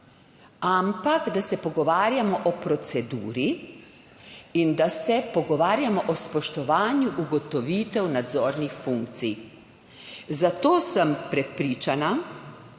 ampak da se pogovarjamo o proceduri in da se pogovarjamo o spoštovanju ugotovitev nadzornih funkcij. Zato sem prepričana,